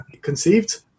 conceived